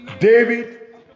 David